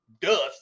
dust